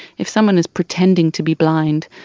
if someone is pretending to be blind,